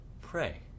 pray